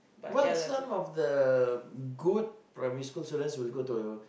well some of the good primary students will go to